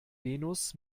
venus